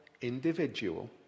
individual